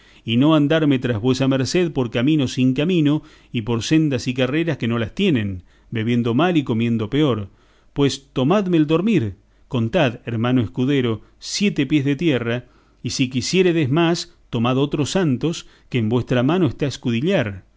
y no andarme tras vuesa merced por caminos sin camino y por sendas y carreras que no las tienen bebiendo mal y comiendo peor pues tomadme el dormir contad hermano escudero siete pies de tierra y si quisiéredes más tomad otros tantos que en vuestra mano está